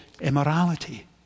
immorality